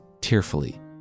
Tearfully